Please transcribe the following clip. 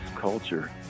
culture